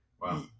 Wow